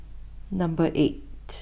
number eight